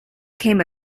came